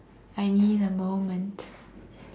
I need a moment